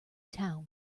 town